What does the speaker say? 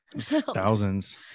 Thousands